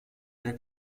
der